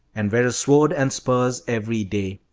and wear a sword and spurs every day.